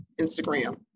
Instagram